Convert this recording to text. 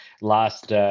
last